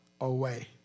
away